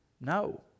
no